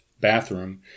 bathroom